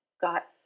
got